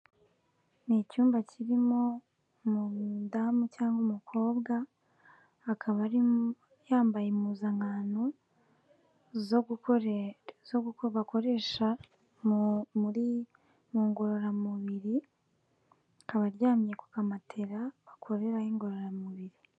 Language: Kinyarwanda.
Ni icyumba kirimo umudamu cyangwa umukobwa, akaba yambaye impuzankano, zo bakoresha muri ngororamubiri , akaba aryamye ku kamatera bakoreraho ingororamubiri.